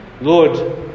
lord